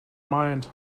mind